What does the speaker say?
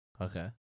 Okay